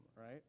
right